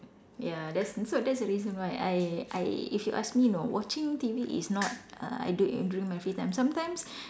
ya that's so that's the reason why I I if you ask me you know watching T_V is not err du~ during my free time sometimes